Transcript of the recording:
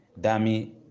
Dami